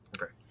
Okay